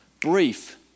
Brief